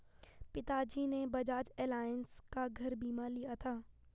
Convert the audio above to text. पिताजी ने बजाज एलायंस का घर बीमा लिया था